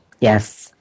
Yes